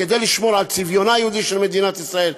כדי לשמור על צביונה היהודי של מדינת ישראל.